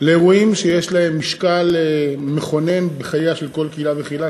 לאירועים שיש להם משקל מכונן בחייה של כל קהילה וקהילה.